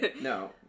No